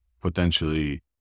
potentially